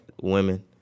women